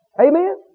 Amen